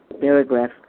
paragraph